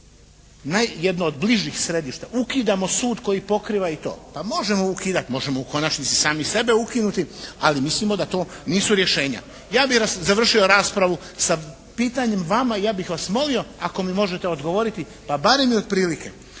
jedno od bližih središta ukidamo sud koji pokriva i to. Pa možemo ukidati, možemo u konačnici i sami sebe ukinuti. Ali, mislimo da to nisu rješenja. Ja bi završio raspravu sa pitanjem vama i ja bih vas molio ako mi možete odgovoriti, pa barem i otprilike.